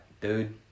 dude